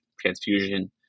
transfusion